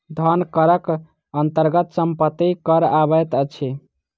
धन करक अन्तर्गत सम्पत्ति कर अबैत अछि